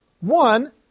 One